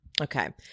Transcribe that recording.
okay